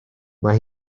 mae